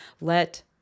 let